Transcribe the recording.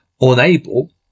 unable